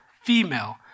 female